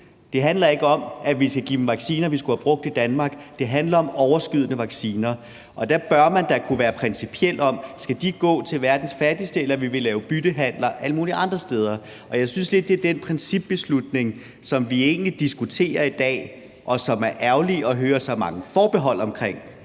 Det handler ikke om, at vi skal give dem vacciner, som vi skulle have brugt i Danmark, men det handler om overskydende vacciner, og der bør man da kunne være principiel om, om de skal gå til verdens fattigste, eller om vi vil lave byttehandler alle mulige andre steder. Jeg synes egentlig lidt, det er den principbeslutning, som vi diskuterer i dag, og som det er ærgerligt at høre så mange forbehold omkring.